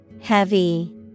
Heavy